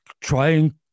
trying